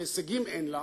שהישגים אין לה,